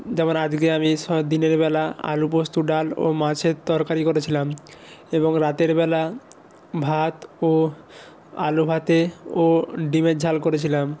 যেমন আজকে আমি সব দিনের বেলা আলু পোস্ত ডাল ও মাছের তরকারি করেছিলাম এবং রাতের বেলা ভাত ও আলু ভাতে ও ডিমের ঝাল করেছিলাম